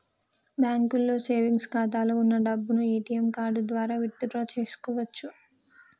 బ్యాంకులో సేవెంగ్స్ ఖాతాలో వున్న డబ్బును ఏటీఎం కార్డు ద్వారా విత్ డ్రా చేసుకోవచ్చు